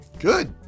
Good